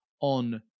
on